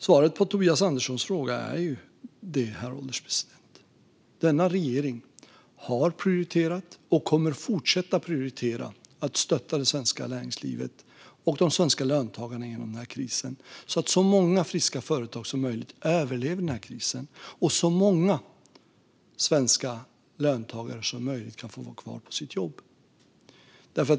Svaret på Tobias Anderssons fråga är, herr ålderspresident, att denna regering har prioriterat och kommer att fortsätta prioritera att stötta det svenska näringslivet och de svenska löntagarna genom den här krisen så att så många friska företag som möjligt överlever den här krisen och så många svenska löntagare som möjligt kan få vara kvar på sitt jobb.